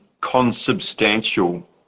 consubstantial